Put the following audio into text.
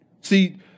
See